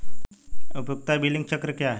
उपयोगिता बिलिंग चक्र क्या है?